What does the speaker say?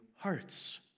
hearts